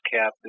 cap